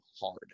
hard